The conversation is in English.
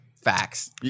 facts